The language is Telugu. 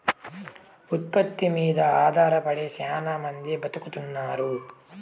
ఉత్పత్తి మీద ఆధారపడి శ్యానా మంది బతుకుతున్నారు